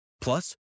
Plus